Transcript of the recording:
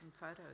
photos